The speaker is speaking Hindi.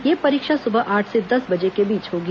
ये परीक्षा सुबह आठ से दस बजे के बीच होगी